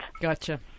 gotcha